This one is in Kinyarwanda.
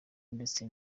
ndetse